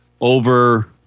over